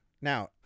Now